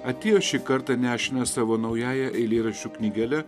atėjo šį kartą nešinas savo naująja eilėraščių knygele